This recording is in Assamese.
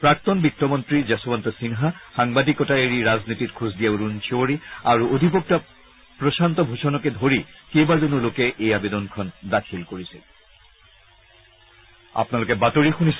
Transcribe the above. প্ৰাক্তন বিত্তমন্ত্ৰী যশৱন্ত সিন্হা সাংবাদিকতা এৰি ৰাজনীতিত খোজ দিয়া অৰুণ শব্ৰী আৰু অধিবক্তা প্ৰশান্ত ভূষণকে ধৰি কেইবাজনো লোকে এই আবেদনখন দাখিল কৰিছে